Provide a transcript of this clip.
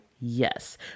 Yes